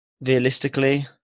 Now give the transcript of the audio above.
realistically